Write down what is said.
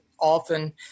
often